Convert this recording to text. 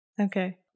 Okay